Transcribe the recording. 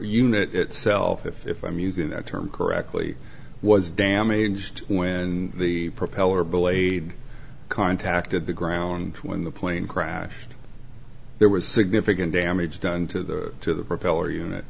unit itself if i'm using that term correctly was damaged when the propeller blade contacted the ground when the plane crashed there was significant damage done to the to the propeller unit